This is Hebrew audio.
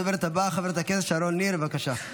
כעת הדוברת הבאה, חברת הכנסת שרון ניר, בבקשה.